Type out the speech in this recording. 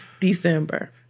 December